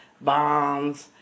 bombs